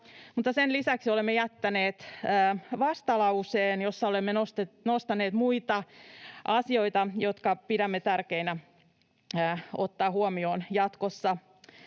Sen lisäksi olemme jättäneet vastalauseen, jossa olemme nostaneet muita asioita, joita pidämme tärkeänä ottaa huomioon jatkossa.